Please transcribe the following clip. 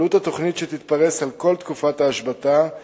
עלות התוכנית שתיפרס על כל תקופת ההשבתה היא